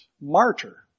martyr